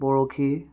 বৰশী